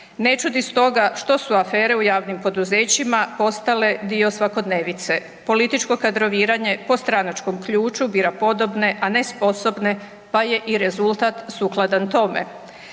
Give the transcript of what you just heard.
Ne čudi stoga što su afere u javnim poduzećima postale dio svakodnevice. Političko kadroviranje po stranačkom ključu bira podobne, a ne sposobne pa je i rezultat sukladan tome.